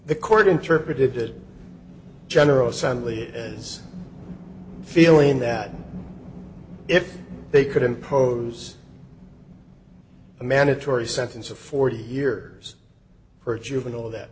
the court interpreted general assembly as feeling that if they could impose a mandatory sentence of forty years for a juvenile that